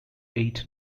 eight